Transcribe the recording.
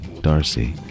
darcy